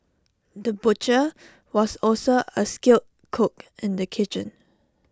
the butcher was also A skilled cook in the kitchen